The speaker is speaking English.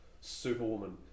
superwoman